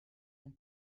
ans